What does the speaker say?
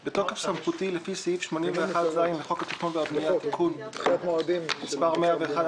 בתוקף סמכותי לפי סעיף 81(ז) לחוק התכנון והבניה (תיקון מס' 101),